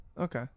Okay